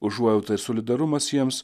užuojauta ir solidarumas jiems